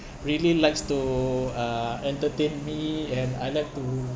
really likes to uh entertain me and I like to